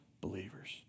believers